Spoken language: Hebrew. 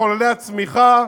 מחוללי הצמיחה,